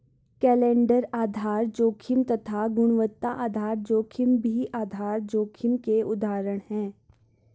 calendar आधार जोखिम तथा गुणवत्ता आधार जोखिम भी आधार जोखिम के उदाहरण है